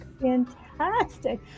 Fantastic